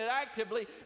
actively